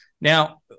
Now